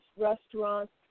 restaurants